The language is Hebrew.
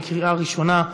בקריאה ראשונה.